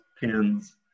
pins